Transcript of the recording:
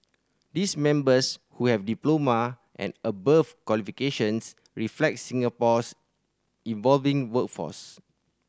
these members who have diploma and above qualifications reflect Singapore's evolving workforce